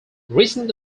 recent